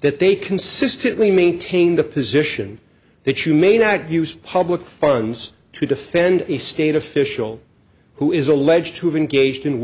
that they consistently maintain the position that you may not use public funds to defend a state official who is alleged to have engaged in